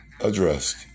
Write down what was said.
addressed